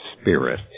Spirit